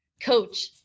coach